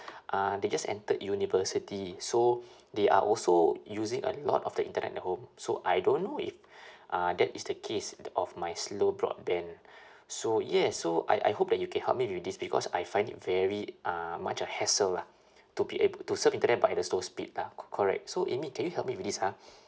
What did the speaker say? uh they just entered university so they are also using a lot of the internet at home so I don't know if uh that is the case that of my slow broadband so yes so I I hope that you can help me with this because I find it very uh much a hassle lah to be ab~ to surf internet but at a slow speed lah co~ correct so amy can you help me with this ah